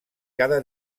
cada